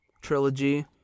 trilogy